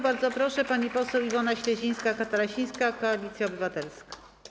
Bardzo proszę, pani poseł Iwona Śledzińska-Katarasińska, Koalicja Obywatelska.